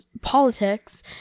politics